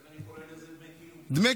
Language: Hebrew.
לכן אני קורא לזה דמי קיום.